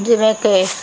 ਜਿਵੇਂ ਕਿ